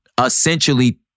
essentially